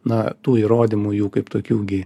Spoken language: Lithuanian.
na tų įrodymų jų kaip tokių gi